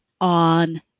on